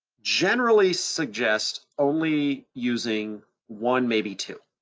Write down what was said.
generally suggest only using one, maybe two.